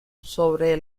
sobre